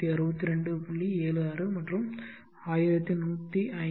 76 மற்றும் 1156